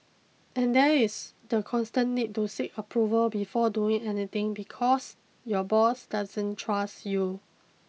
and there is the constant need to seek approval before doing anything because your boss doesn't trust you